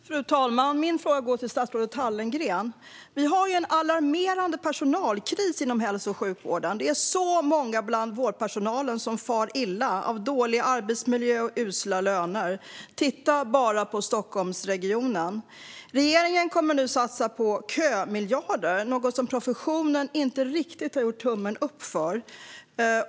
Fru talman! Min fråga går till statsrådet Hallengren. Det råder en alarmerande personalkris inom hälso och sjukvården. Det är så många bland vårdpersonalen som far illa av dålig arbetsmiljö och usla löner. Titta bara på Stockholmsregionen. Regeringen kommer nu att satsa på kömiljarden, något som professionen inte riktigt har gjort tummen upp för.